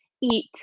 eat